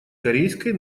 корейской